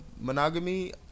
monogamy